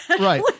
Right